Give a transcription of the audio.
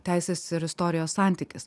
teisės ir istorijos santykis